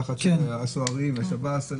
הלחץ של הסוהרים והשב"ס.